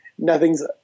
Nothing's